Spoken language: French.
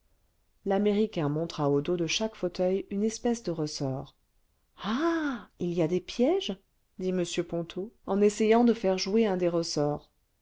l'américain montra au dos de chaque fauteuil une espèce de ressort ah il y a des pièges dit m ponto en essayant de faire jouer un des ressorts